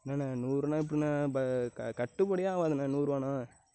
என்ன அண்ணே நூறுனா எப்படிண்ணே ப க கட்டுப்படியே ஆகாதுண்ணே நூறுபானா